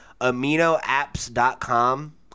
AminoApps.com